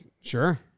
Sure